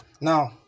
Now